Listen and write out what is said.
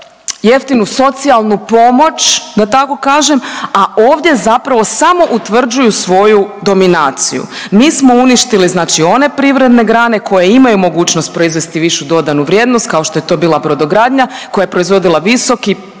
jeftinu socijalnu pomoć da tako kažem, a ovdje zapravo samo utvrđuju svoju dominaciju. Mi smo uništili znači one privredne grane koje imaju mogućnost proizvesti višu dodanu vrijednost kao što je to bila brodogradnja koja je proizvodila visoko